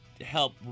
help